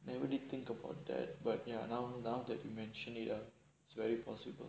then what do you think about that but ya now now that you mention it it's very possible